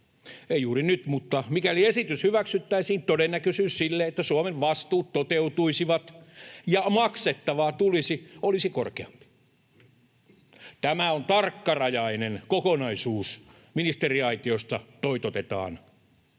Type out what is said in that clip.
Ei juuri nyt, mutta mikäli esitys hyväksyttäisiin, todennäköisyys sille, että Suomen vastuut toteutuisivat ja maksettavaa tulisi, olisi korkeampi. ”Tämä on tarkkarajainen kokonaisuus”, ministeriaitiosta toitotetaan.